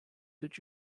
did